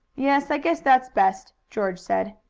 yes, i guess that's best, george said.